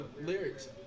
lyrics